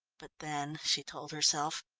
but then, she told herself,